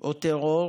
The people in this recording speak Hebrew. או טרור